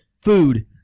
food